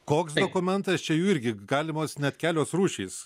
koks dokumentas čia jų irgi galimos net kelios rūšys